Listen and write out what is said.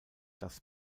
das